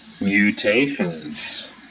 Mutations